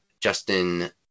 Justin